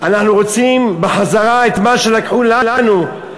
אנחנו רוצים בחזרה את מה שלקחו לנו,